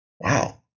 wow